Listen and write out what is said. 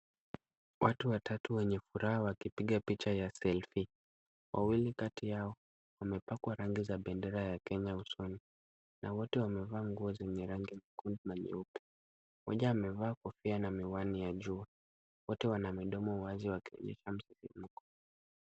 Watu watatu wenye furaha wakipiga picha ya selfie . Wawili kati yao wamepakwa rangi za bendera ya Kenya usoni na wote wamevaa nguo zenye rangi nyekundu na nyeupe. Mmoja amevaa kofia na miwani ya jua. Wote wana midomo wazi wakishangilia.